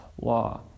law